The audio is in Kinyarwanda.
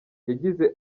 yagize